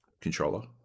controller